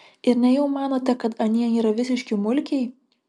ir nejau manote kad anie yra visiški mulkiai